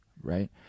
right